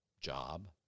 job